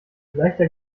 leichter